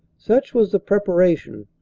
such was the preparation.